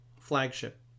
flagship